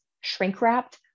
shrink-wrapped